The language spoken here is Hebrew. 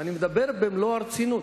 ואני מדבר במלוא הרצינות,